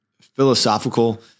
philosophical